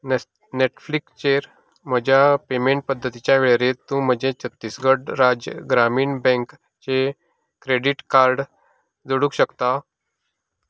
नॅटफ्लिक्सचेर म्हज्या पेमेंट पद्दतींच्या वळेरेंत तूं म्हजें छत्तीसगढ राज्य ग्रामीण बँकचें क्रॅडिट कार्ड जोडूंक शकता